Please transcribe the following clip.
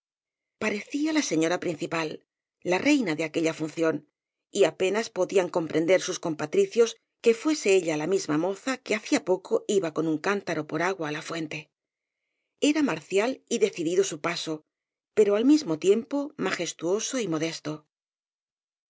parecía la señora principal la reina de aquella función y apenas podían comprender sus compatricios que fuese ella la misma moza que hacía poco iba con un cántaro por agua á la fuente era marcial y decidido su paso pero al mismo tiempo majestuoso y modesto